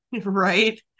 right